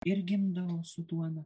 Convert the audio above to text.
ir gimdavo su duona